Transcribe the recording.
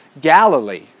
Galilee